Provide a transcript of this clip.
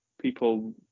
people